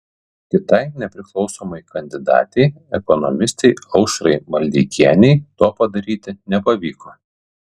kitai nepriklausomai kandidatei ekonomistei aušrai maldeikienei to padaryti nepavyko